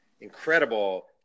incredible